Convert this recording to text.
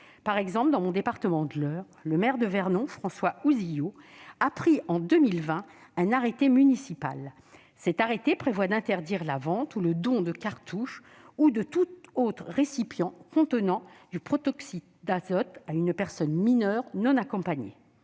Par exemple, dans mon département de l'Eure, le maire de Vernon, François Ouzilleau, a pris en 2020 un arrêté municipal interdisant la vente ou le don de cartouche ou de tout autre récipient contenant du protoxyde d'azote à une personne mineure non accompagnée